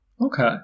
Okay